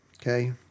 okay